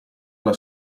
alla